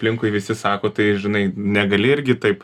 aplinkui visi sako tai žinai negali irgi taip